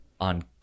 on